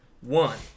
One